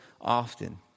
often